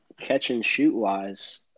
catch-and-shoot-wise